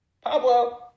Pablo